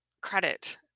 credit